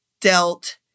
dealt